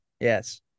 Yes